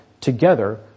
together